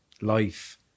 life